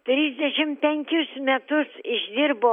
trisdešim penkis metus išdirbo